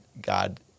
God